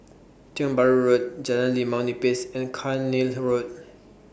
Tiong Bahru Road Jalan Limau Nipis and Cairnhill Road